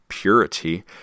Purity